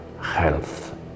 health